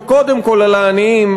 וקודם כול על העניים,